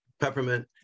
peppermint